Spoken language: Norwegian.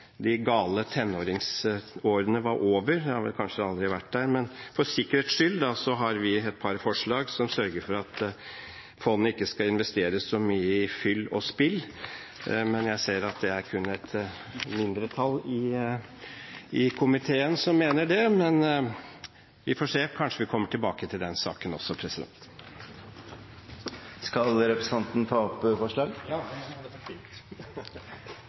de gale tenårene var over. Det har kanskje aldri vært slik, men for sikkerhets skyld har vi et par forslag som sørger for at fondet ikke skal investere så mye i fyll og spill. Men jeg ser at det er kun et mindretall i komiteen som mener det. Vi får se. Kanskje vi kommer tilbake til den saken også. Da tar jeg opp